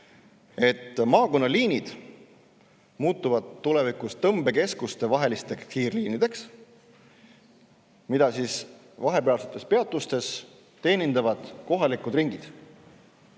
maakonnaliinid muutuvad tulevikus tõmbekeskustevahelisteks kiirliinideks, mida vahepealsetes peatustes teenindavad kohalikud